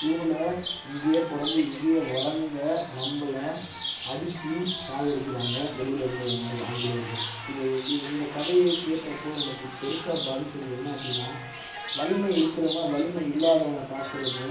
இவங்கள இங்கேயே பிறந்து இங்கேயே வளர்ந்த நம்மள அடித்து சாகடிக்கிறாங்க வெளியிலருந்து வந்து ஆங்கிலேயர்கள் இது இது இந்தக் கதையைக் கேட்டப்போ எனக்குப் பெருசாக பாதித்தது என்ன அப்படின்னா வலிமை இருக்கிறவங்க வலிமை இல்லாதவனை தாக்குவதும்